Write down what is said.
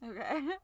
Okay